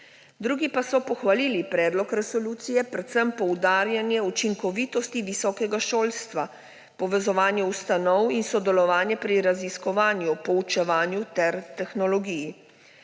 Drugi pa so pohvalili predlog resolucije, predvsem poudarjanje učinkovitosti visokega šolstva, povezovanje ustanov in sodelovanje pri raziskovanju, poučevanju ter tehnologiji.